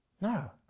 No